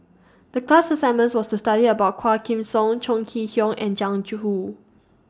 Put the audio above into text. The class assignments was to study about Quah Kim Song Chong Kee Hiong and Jiang Hu